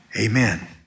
Amen